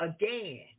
again